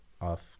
off